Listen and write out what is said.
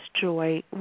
joy